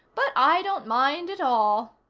but i don't mind at all.